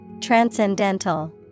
Transcendental